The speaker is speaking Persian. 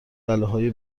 بلاهای